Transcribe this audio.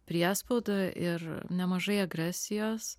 priespaudą ir nemažai agresijos